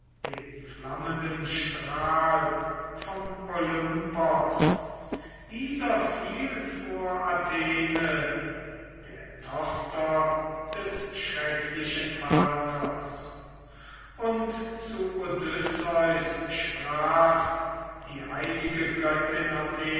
den flammenden strahl vom olympos dieser fiel vor athene der tochter des schrecklichen vaters und zu odysseus sprach die heilige